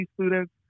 students